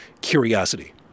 curiosity